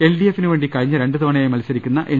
എൽഡിഎഫിനു വേണ്ടി കഴിഞ്ഞ രണ്ടു തവണയായി മത്സരിക്കുന്ന എൻ